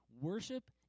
worship